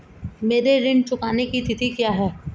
मेरे ऋण चुकाने की तिथि क्या है?